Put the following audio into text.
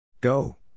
Go